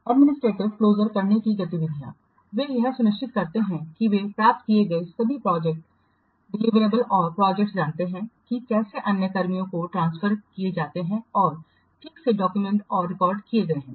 administrative closure करने की गतिविधियाँ वे यह सुनिश्चित करते हैं कि वे प्राप्त किए गए सभी प्रोजेक्ट डिलिवरेबल्स और प्रोजेक्ट जानते हैं कि कैसे अन्य कर्मियों को ट्रांसफर किए जाते हैं और ठीक से डॉक्युमेंटेड और रिकॉर्ड किए गए हैं